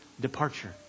departure